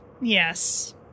yes